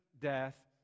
death